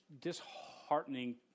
disheartening